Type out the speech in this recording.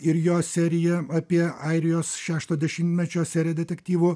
ir jo seriją apie airijos šešto dešimtmečio seriją detektyvų